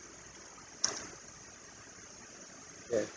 ya